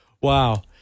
Wow